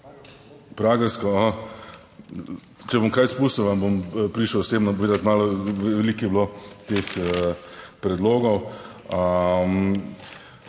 Pragersko. Aha, če bom kaj spustil, vam bom prišel osebno povedati, malo, veliko je bilo teh predlogov.